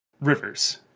rivers